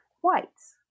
whites